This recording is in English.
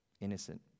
innocent